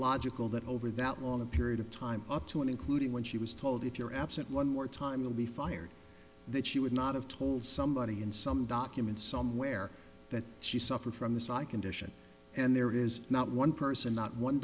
illogical that over that long a period of time up to and including when she was told if you're absent one more time you'll be fired that she would not have told somebody in some document somewhere that she suffered from this i condition and there is not one person not one